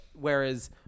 Whereas